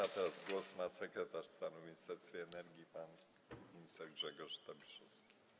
A teraz głos ma sekretarz stanu w Ministerstwie Energii pan minister Grzegorz Tobiszowski.